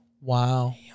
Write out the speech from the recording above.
Wow